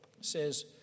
says